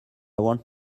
want